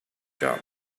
job